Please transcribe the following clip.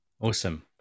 awesome